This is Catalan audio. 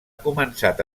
començat